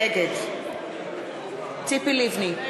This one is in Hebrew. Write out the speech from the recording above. נגד ציפי לבני,